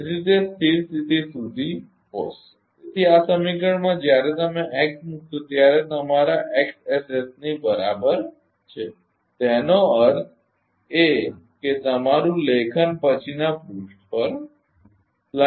તેથી તે સ્થિર સ્થિતિ સુધી પહોંચશે તેથી આ સમીકરણમાં જ્યારે તમે X મૂકશો ત્યારે તમારા Xss ની બરાબર છે તેનો અર્થ એ કે તમારું લેખન પછીના પૃષ્ઠ પર